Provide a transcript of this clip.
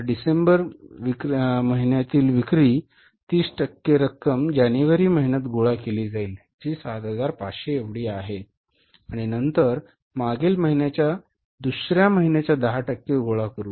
डिसेंबरच्या विक्रीतील 30 टक्के रक्कम जानेवारी महिन्यात गोळा केली जाईल जी 7500 एवढी आहे आणि नंतर मागील महिन्याच्या दुसर्या महिन्याच्या 10 टक्के गोळा करू